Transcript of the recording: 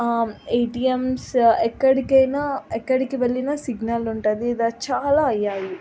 ATMs ఎక్కడికైనా ఎక్కడికి వెళ్ళినా సిగ్నల్ ఉంటుంది ఇలా చాలా అయ్యాయి